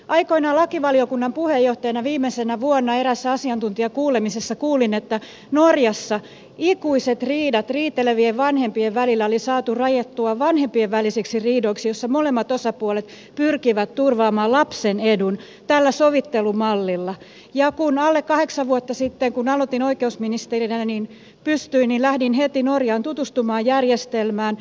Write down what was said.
aikoinaan lakivaliokunnan puheenjohtajana viimeisenä vuonna eräässä asiantuntijakuulemisessa kuulin että norjassa ikuiset riidat riitelevien vanhempien välillä oli saatu rajattua vanhempien välisiksi riidoiksi joissa molemmat osapuolet pyrkivät turvaamaan lapsen edun tällä sovittelumallilla ja kun alle kahdeksan vuotta sitten aloitin oikeusministerinä niin heti kun pystyin lähdin norjaan tutustumaan järjestelmään